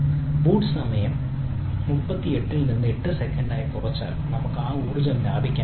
boot സമയം 38 ൽ നിന്ന് 8 സെക്കൻഡായി കുറച്ചാൽ നമുക്ക് ഊർജ്ജo ലാഭിക്കാൻ കഴിയും